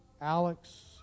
Alex